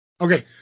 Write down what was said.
Okay